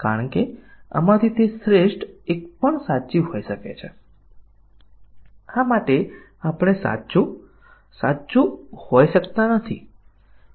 પરંતુ 4 લીટીઓ 5 લાઇન જેવા ખૂબ નાના પ્રોગ્રામ્સ માટે તે શોધવું શક્ય છે કે ક્યાં મૂલ્યો આપવા જોઇયે જેથી 100 ટકા નિવેદન કવરેજ થાય